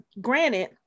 granted